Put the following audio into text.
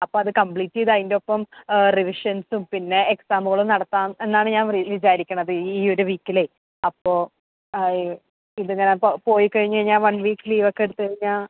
അപ്പോൾ അത് കമ്പ്ലീറ്റ് ചെയ്ത് അതിൻറ്റൊപ്പം റിവിഷൻസും പിന്നെ എക്സാമുകളും നടത്താം എന്നാണ് ഞാൻ വിചാരിക്കണത് ഈയൊരു വീക്കിലെ അപ്പോൾ ഇതിങ്ങനെ പോയിക്കഴിഞ്ഞു കഴിഞ്ഞാൽ വൺ വീക്ക് ലീവൊക്കെ എടുത്തുകഴിഞ്ഞു കഴിഞ്ഞാൽ